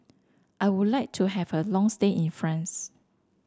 I would like to have a long stay in France